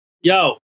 Yo